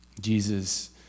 Jesus